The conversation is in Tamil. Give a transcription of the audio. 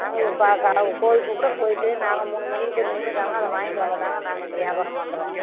நாங்கள் இப்போ கூட போய்ட்டு நாங்கள் மூணு மணிக்கு போய் நின்றுதாங்க நாங்கள் வாங்கிட்டு வந்துதாங்க நாங்கள் இந்த வியாபாரம் பண்ணுறோம்